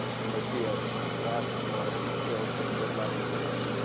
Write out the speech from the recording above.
when they see a glass of water and it's filled to the mid-level, it is